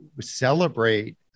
celebrate